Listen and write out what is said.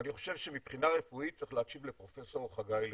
ואני חושב שמבחינה רפואית צריך להקשיב לפרופ' חגי לוין.